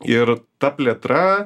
ir ta plėtra